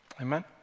Amen